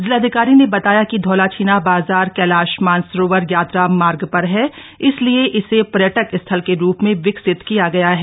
जिलाधिकारी ने बताया कि धौलछीना बाजार कैलाश मानसरोवर यात्रा मार्ग पर है इसलिए इसे पर्यटक स्थल के रूप में विकसित किया गया है